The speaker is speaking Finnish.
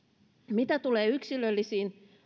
mitä tulee yksilöllisiin